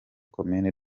komine